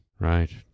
Right